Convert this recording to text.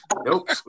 nope